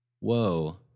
Whoa